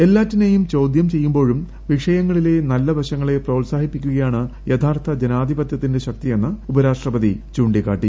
എല്ലാറ്റിനെയും ചോദ്യം ചെയ്യുമ്പോഴും വിഷയങ്ങളിലെ നല്ല വശങ്ങളെ പ്രോത്സാഹിപ്പിക്കുകയാണ് യഥാർത്ഥ ജനാധിപത്യത്തിന്റെ ശക്തിയെന്ന് ഉപരാഷ്ട്രപതി ചൂണ്ടികാട്ടി